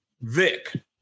Vic